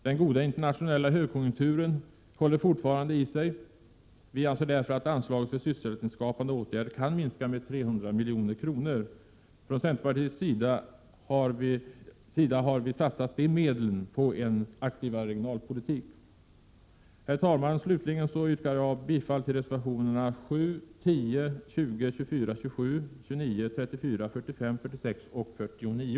Den goda internationella högkonjunkturen håller fortfarande i sig. Vi anser därför att anslaget till sysselsättningsskapande åtgärder kan minska med 300 milj.kr. Från centerpartiets sida har vi satsat de medlen på en aktivare regionalpolitik. Herr talman! Slutligen yrkar jag bifall till reservationerna 7, 10, 20, 24, 27, 29, 34, 45, 46 och 49.